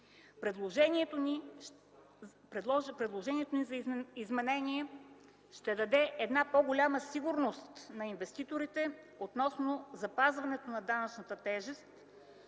Предложението ни за изменение ще даде една по-голяма сигурност на инвеститорите относно запазването на данъчната тежест